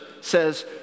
says